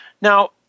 Now